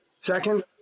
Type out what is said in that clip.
Second